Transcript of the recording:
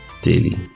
daily